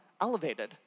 elevated